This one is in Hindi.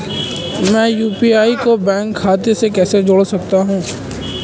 मैं यू.पी.आई को बैंक खाते से कैसे जोड़ सकता हूँ?